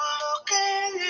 looking